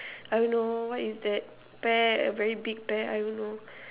I don't know what is that pear a very big pear I don't know